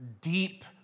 deep